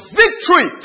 victory